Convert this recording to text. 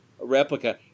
replica